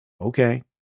Okay